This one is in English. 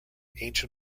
ancient